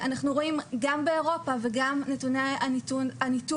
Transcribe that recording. אנחנו רואים גם באירופה וגם נתוני הניתור